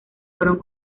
fueron